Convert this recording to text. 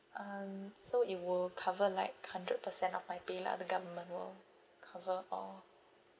um so it will cover like hundred percent of my pay lah the government will cover all